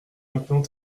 maintenant